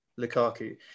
Lukaku